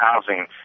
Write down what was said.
housing